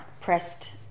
pressed